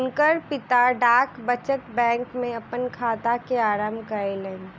हुनकर पिता डाक बचत बैंक में अपन खाता के आरम्भ कयलैन